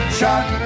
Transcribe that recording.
shot